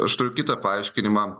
aš turiu kitą paaiškinimą